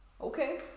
Okay